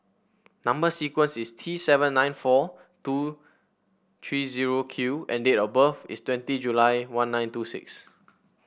number sequence is T seven nine four two three zero Q and date of birth is twenty July one nine two six